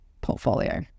portfolio